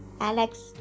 Alex